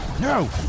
No